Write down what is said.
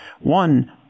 One